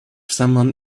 someone